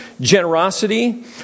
generosity